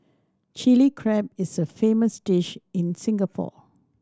Chilli Crab is a famous dish in Singapore